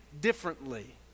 differently